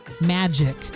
magic